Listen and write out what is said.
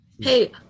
hey